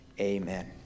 Amen